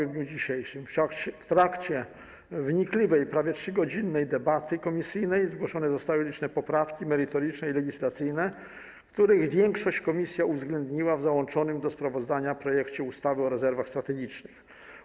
W trakcie wnikliwej, prawie 3-godzinnej debaty komisyjnej zgłoszone zostały liczne poprawki merytoryczne i legislacyjne, których większość komisja uwzględniła w załączonym do sprawozdania projekcie ustawy o rezerwach strategicznych.